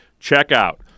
checkout